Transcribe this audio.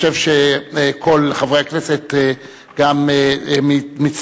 מבושה לא קטנה כאשר היא לקחה יוזמה היום בבוקר